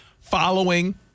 following